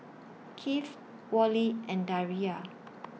Kieth Worley and Daria